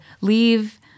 leave